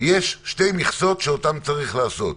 יש שתי מכסות שאותן צריך לעשות.